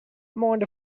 mind